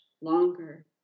longer